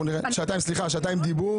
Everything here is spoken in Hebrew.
עד שעתיים דיבור